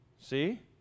see